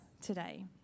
today